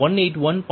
89 174